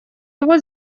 его